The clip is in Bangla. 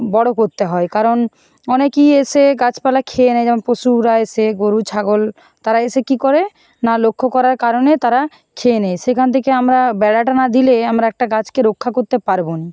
বড় করতে হয় কারণ অনেকই এসে গাছপালা খেয়ে নেয় যেমন পশুরা এসে গরু ছাগল তারা এসে কী করে না লক্ষ্য করার কারণে তারা খেয়ে নেয় সেখান থেকে আমরা বেড়াটা না দিলে আমরা একটা গাছকে রক্ষা করতে পারবো না